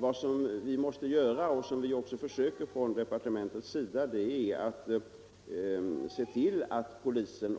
Vad vi nu måste göra — och det försöker vi också göra från departementets sida — är att se till att polisen